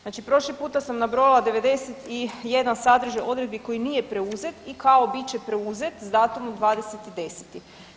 Znači prošli puta sam nabrojala 91 sadržaj odredbi koji nije preuzet i kao, bit će preuzet s datumom 20.10.